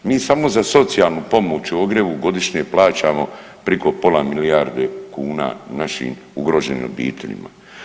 Mi samo za socijalnu pomoć o ogrjevu godišnje plaćamo priko pola milijarde kuna našim ugroženim obiteljima.